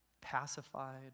pacified